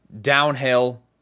downhill